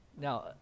now